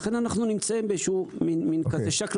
לכן אנחנו נמצאים באיזשהו מן כזה שקלא